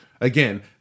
again